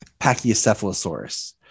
Pachycephalosaurus